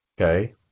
okay